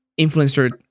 influencer